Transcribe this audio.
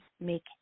make